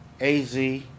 AZ